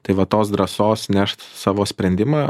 tai va tos drąsos nešt savo sprendimą